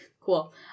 Cool